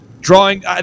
drawing